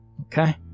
okay